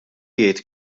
jgħid